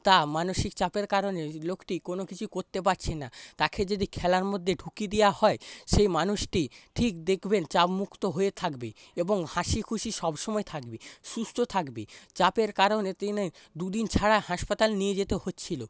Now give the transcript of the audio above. তা মানসিক চাপের কারণে লোকটি কোনো কিছুই করতে পারছেন না তাকে যদি খেলার মধ্যে ঢুকিয়ে দেওয়া হয় সেই মানুষটি ঠিক দেখবেন চাপমুক্ত হয়ে থাকবে এবং হাসিখুশি সবসময় থাকবে সুস্থ থাকবে চাপের কারণে দিনে দুদিন ছাড়া হাসপাতাল নিয়ে যেতে হচ্ছিল